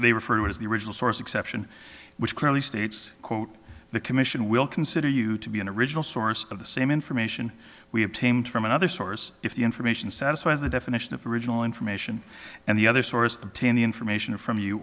they refer to as the original source exception which clearly states quote the commission will consider you to be an original source of the same information we obtained from another source if the information satisfies the definition of the original information and the other source obtained the information from you